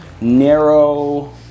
narrow